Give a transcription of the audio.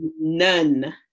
none